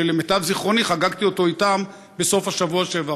שלמיטב זיכרוני חגגתי אותו אתן בסוף השבוע שעבר.